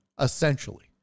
essentially